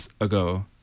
ago